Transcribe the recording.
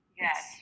yes